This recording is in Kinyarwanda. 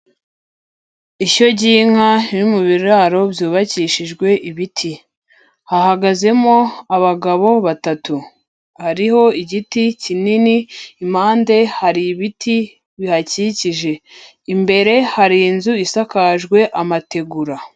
Ishyo ry'inka riri mu biraro byubakishijwe ibiti, hahagazemo abagabo batatu, hariho igiti kinini, impande hari ibiti bihakikije, imbere hari inzu isakajwe amategura.